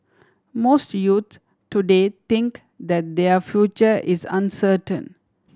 most youths today think that their future is uncertain